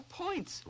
points